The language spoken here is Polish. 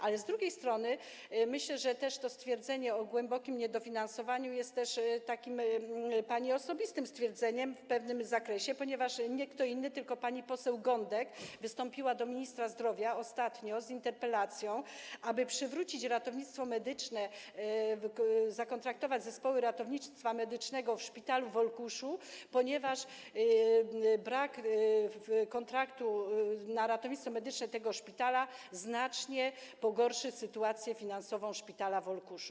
Ale z drugiej strony myślę, że to stwierdzenie o głębokim niedofinansowaniu jest też takim pani osobistym stwierdzeniem w pewnym zakresie, ponieważ nie kto inny, tylko pani poseł Gądek wystąpiła ostatnio do ministra zdrowia z interpelacją, aby przywrócić ratownictwo medyczne, zakontraktować zespoły ratownictwa medycznego w szpitalu w Olkuszu, ponieważ brak kontraktu na ratownictwo medyczne tego szpitala znacznie pogorszy sytuację finansową szpitala w Olkuszu.